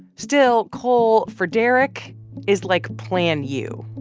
still, coal for derek is like plan u.